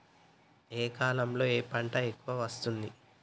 ఏ కాలంలో ఏ పంట ఎక్కువ వస్తోంది?